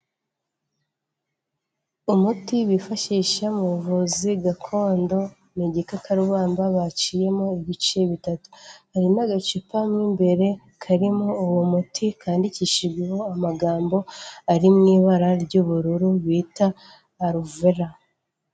Umuti bifashisha mu buvuzi gakondo ni igikakarubamba baciyemo ibice bitatu, hari n'agacupa mu imbere karimo uwo muti kandikishijeho amagambo ari mu ibara ry'ubururu bita Alvera.